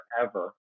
forever